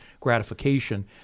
gratification